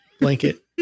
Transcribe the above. blanket